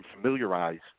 familiarize